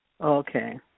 Okay